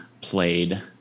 played